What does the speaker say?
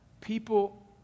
People